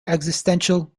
existential